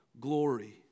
glory